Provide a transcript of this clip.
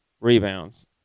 rebounds